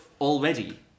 already